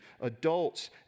adults